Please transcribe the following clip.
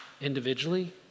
individually